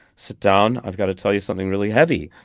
sit down. i've got to tell you something really heavy.